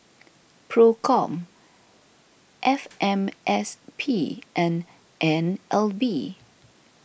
Procom F M S P and N L B